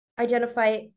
identify